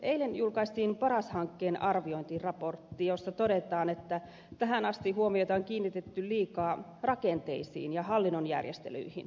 eilen julkaistiin paras hankkeen arviointiraportti jossa todetaan että tähän asti huomiota on kiinnitetty liikaa rakenteisiin ja hallinnon järjestelyihin